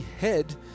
head